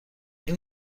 این